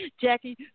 Jackie